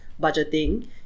budgeting